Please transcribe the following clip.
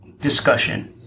discussion